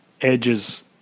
edge's